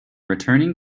returning